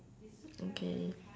okay